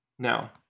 Now